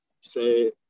say